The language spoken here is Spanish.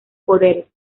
poderes